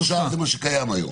שלושה, זה מה שקיים היום.